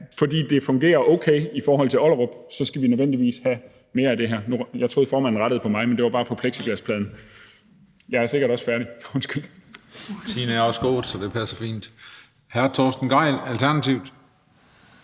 fordi det fungerer okay i forhold til Ollerup, skal vi nødvendigvis have mere af det her. Nå, jeg troede, at formanden rettede på mig, men det var bare på plexiglaspladen. Jeg er også færdig. Undskyld. Kl. 18:05 Den fg. formand (Christian Juhl): Tiden er også gået. Hr. Torsten Gejl, Alternativet.